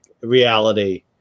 reality